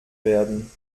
werden